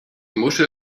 muschel